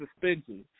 suspension